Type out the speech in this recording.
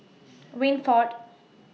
Winford